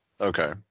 Okay